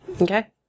okay